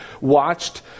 watched